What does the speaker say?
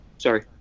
sorry